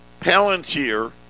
Palantir